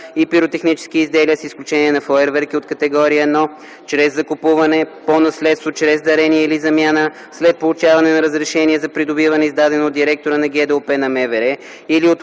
и пиротехнически изделия, с изключение на фойерверки от категория 1, чрез закупуване, по наследство, чрез дарение или замяна след получаване на разрешение за придобиване, издадено от директора на ГДОП на МВР